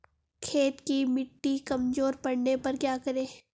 खेत की मिटी कमजोर पड़ने पर क्या करें?